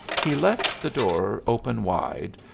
he left the door open wide,